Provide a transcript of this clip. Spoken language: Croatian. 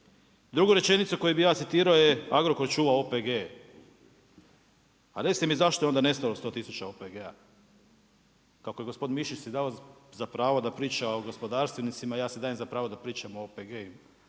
Drugu rečenicu koju bih ja citirao je Agrokor čuva OPG. A recite mi zašto je onda nestalo 100 tisuća OPG-a. Kako je gospodin Mišić si dao za pravo da priča o gospodarstvenicima ja si dajem za pravo da pričamo o OPG-u.